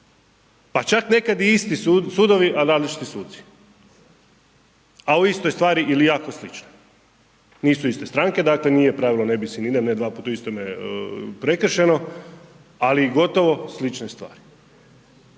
Pa čak nekad i isti sudovi, a različiti suci, a o istoj stvari ili jako sličnoj, nisu iste stranke dakle nije pravilo, ne bis in idem, ne dva put u istome prekršeno, ali gotovo slične stvari.